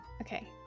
Okay